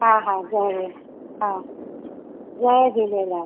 हा हा हा जय झूलेलाल